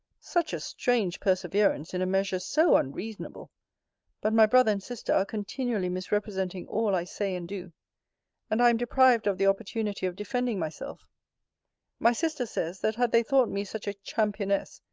such a strange perseverance in a measure so unreasonable but my brother and sister are continually misrepresenting all i say and do and i am deprived of the opportunity of defending myself my sister says, that had they thought me such a championess,